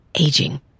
aging